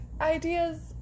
ideas